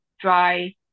dry